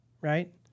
right